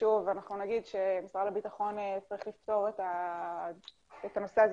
ושוב אנחנו נגיד שמשרד הביטחון צריך לפתור את הנושא הזה